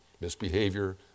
misbehavior